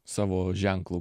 savo ženklu